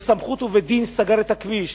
ובסמכות ובדין סגר את הכביש,